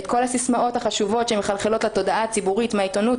את כל הסיסמאות החשובות שמחלחלות לתודעה הציבורית מהעיתונות,